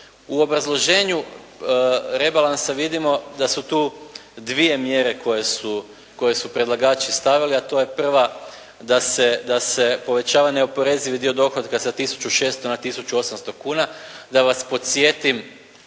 U obrazloženju rebalansa vidimo da su tu dvije mjere koje su predlagači stavili a to je prva da se povećava neoporezivi dio dohotka sa 1600 na 1800 kuna. Da vas podsjetim